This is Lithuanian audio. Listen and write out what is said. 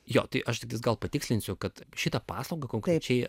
jo tai aš tik tais gal patikslinsiu kad šitą paslaugą konkrečiai